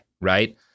right